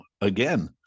again